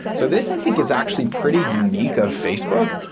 so this i think is actually pretty unique of facebook.